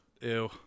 Ew